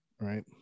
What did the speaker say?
right